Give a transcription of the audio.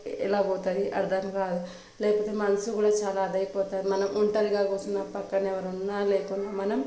ఎలా పోతుంది అర్థం కాదు లేకపోతే మనసు కూడా చాలా అదైపోతాది మనం ఒంటరిగా కూర్చున్న పక్కన ఎవరున్నా లేకున్నా మనం